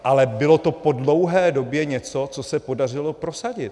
Ale bylo to po dlouhé době něco, co se podařilo prosadit.